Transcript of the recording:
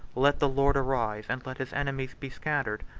let the lord arise, and let his enemies be scattered!